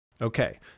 Okay